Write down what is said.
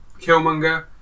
Killmonger